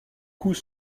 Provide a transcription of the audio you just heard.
coûts